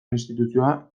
instituzioa